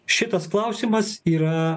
šitas klausimas yra